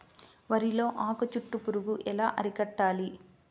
వరిలో ఆకు చుట్టూ పురుగు ఎలా అరికట్టాలి?